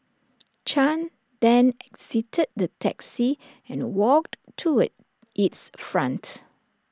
chan then exited the taxi and walked toward its front